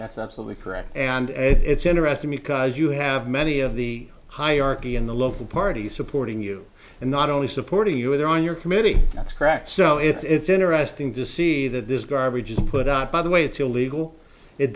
that's absolutely correct and it's interesting because you have many of the hierarchy in the local party supporting you and not only supporting you are there on your committee that's cracked so it's interesting to see that this garbage is put out by the way it's illegal it